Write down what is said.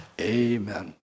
amen